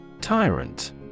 Tyrant